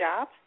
job